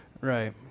right